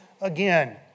again